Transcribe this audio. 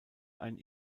ein